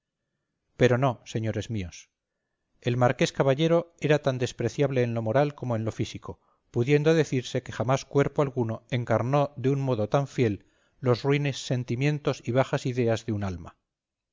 pero no señores míos el marqués caballero era tan despreciable en lo moral como en lo físico pudiendo decirse que jamás cuerpo alguno encarnó de un modo tan fiel los ruines sentimientos y bajas ideas de un alma